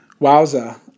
Wowza